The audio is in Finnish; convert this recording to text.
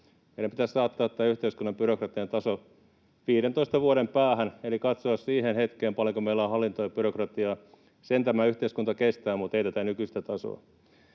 Meidän pitäisi saattaa tämän yhteiskunnan byrokratian taso 15 vuoden päähän eli katsoa siihen hetkeen, paljonko meillä on hallintoa ja byrokratiaa. Sen tämä yhteiskunta kestää, mutta ei tätä nykyistä tasoa.